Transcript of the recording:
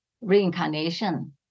reincarnation